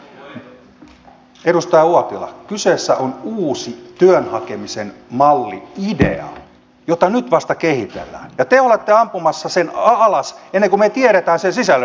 edustaja uotila kyseessä on uusi työn hakemisen malli idea jota nyt vasta kehitellään ja te olette ampumassa sen alas ennen kuin me tiedämme sen sisällöstä yhtään mitään